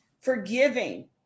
Forgiving